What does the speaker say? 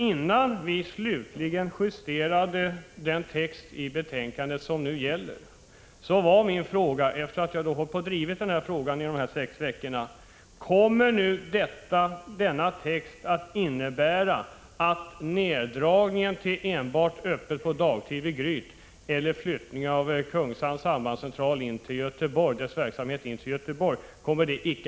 Innan vi slutligen justerade den text i betänkandet som nu gäller ställde jag nämligen frågan, efter att ha drivit det här ärendet under sex veckor: Kommer denna text att innebära att neddragningen till öppethållande enbart på dagtid i Gryt eller flyttning av verksamheten vid sambandscentralen i Kungshamn in till Göteborg icke kommer att ske?